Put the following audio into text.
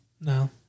No